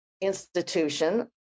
institution